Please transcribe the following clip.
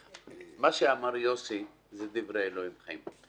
שאמר יוסי זה דברי אלוהים חיים.